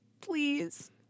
please